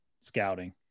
scouting